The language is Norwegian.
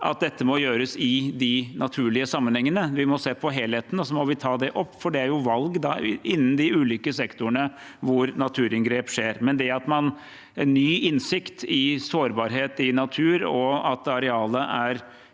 at dette må gjøres i de naturlige sammenhengene. Vi må se på helheten og så ta det opp, for det er valg innen de ulike sektorene hvor naturinngrep skjer. Ny innsikt om sårbarhet i natur og at arealet